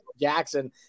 Jackson